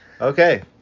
Okay